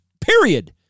Period